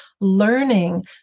learning